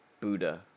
Buddha